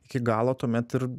iki galo tuomet ir